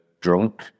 drunk